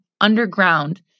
underground